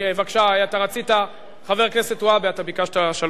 בבקשה, חבר הכנסת והבה, אתה ביקשת שלוש דקות,